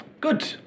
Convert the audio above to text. Good